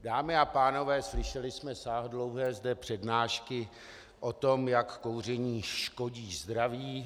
Dámy a pánové, slyšeli jsme sáhodlouhé přednášky o tom, jak kouření škodí zdraví.